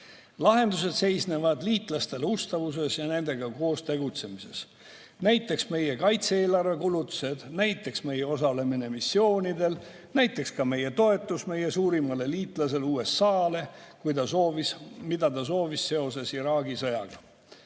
Lahendused seisnevad liitlastele ustavuses ja nendega koos tegutsemises: näiteks meie kaitse-eelarve kulutused, näiteks meie osalemine missioonidel, näiteks meie toetus meie suurimale liitlasele USA-le, mida ta soovis seoses Iraagi sõjaga.